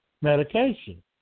medication